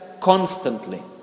constantly